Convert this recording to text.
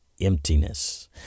emptiness